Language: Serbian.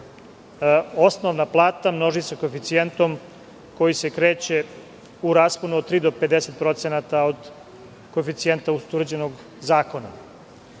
osnovna plata množi sa koeficijentom koji se kreće u rasponu od tri do 50% od koeficijenta utvrđenog